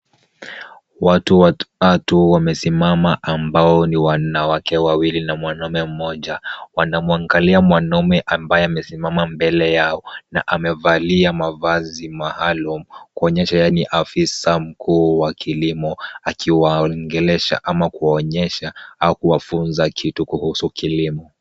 Watu watatu wamesimama ambao ni wanawake wawili na mwanaume mmoja. Wanamwangalia mwanaume ambaye amesimama mbele yao na amevalia mavazi maalum, kuonyesha yaani afisa mkuu wa kilimo akiwa ongelesha au kuwa onyesha au kuwa funza kitu kuhusu kilimo.